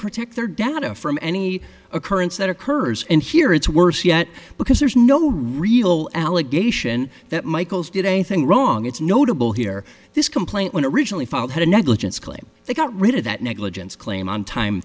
protect their data from any occurrence that occurs and here it's worse yet because there's no real allegation that michael's did anything wrong it's notable here this complaint when originally filed had a negligence claim they got rid of that negligence claim on time